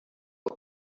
del